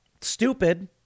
stupid